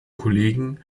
kollegen